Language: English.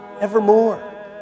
evermore